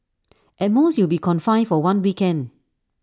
at most you'll be confined for one weekend